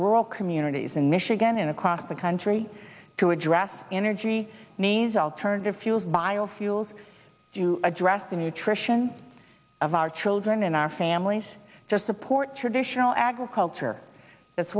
rural communities in michigan and across the country to address energy needs alternative fuels biofuels to address the nutrition of our children and our families support traditional agriculture